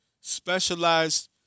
specialized